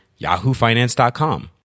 yahoofinance.com